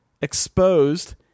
exposed